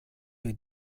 wir